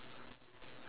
so